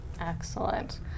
Excellent